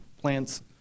plants